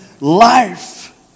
Life